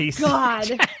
God